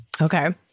Okay